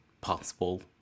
possible